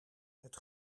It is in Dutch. het